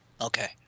Okay